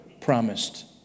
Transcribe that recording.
promised